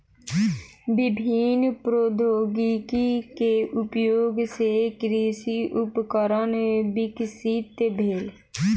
विभिन्न प्रौद्योगिकी के उपयोग सॅ कृषि उपकरण विकसित भेल